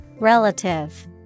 Relative